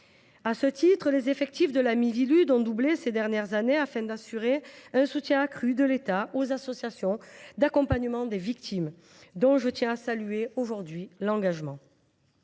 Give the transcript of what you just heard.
aujourd’hui. Les effectifs de la Miviludes ont doublé ces dernières années, afin d’assurer un soutien accru de l’État aux associations d’accompagnement des victimes, dont je tiens d’ailleurs à saluer l’engagement.